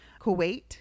kuwait